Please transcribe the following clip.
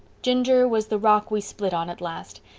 ginger was the rock we split on at last.